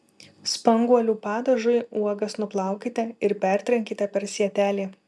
spanguolių padažui uogas nuplaukite ir pertrinkite per sietelį